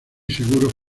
seguros